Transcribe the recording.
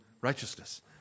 righteousness